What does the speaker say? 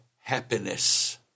happiness